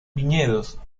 viñedos